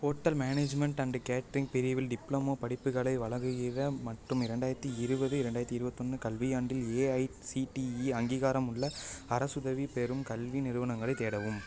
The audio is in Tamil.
ஹோட்டல் மேனேஜ்மெண்ட் அண்ட் கேட்டரிங் பிரிவில் டிப்ளமோ படிப்புகளை வழங்குகிற மற்றும் இரண்டாயிரத்து இருவது இரண்டாயிரத்து இருபத்தொன்னு கல்வியாண்டில் ஏஐசிடிஇ அங்கீகாரமுள்ள அரசுதவி பெறும் கல்வி நிறுவனங்களை தேடவும்